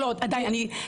תקשיבי לי, עידית.